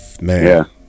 Man